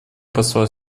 посла